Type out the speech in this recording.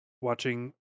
watching